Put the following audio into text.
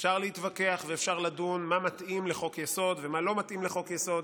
אפשר להתווכח ואפשר לדון מה מתאים לחוק-יסוד ומה לא מתאים לחוק-יסוד,